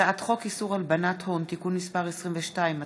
הצעת חוק איסור הלבנת הון (תיקון מס' 22),